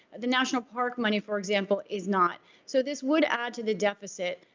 the national park money, for example, is not. so this would add to the deficit.